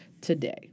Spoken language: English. today